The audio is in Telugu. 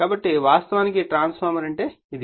కాబట్టి వాస్తవానికి ట్రాన్స్ఫార్మర్ అంటే ఇది